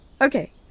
Okay